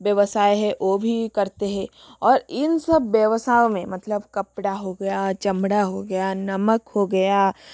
व्यवसाय है ओ भी करते हैं और इन सब व्यवसायों में मतलब कपड़ा हो गया चमड़ा हो गया नमक हो गया